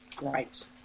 Right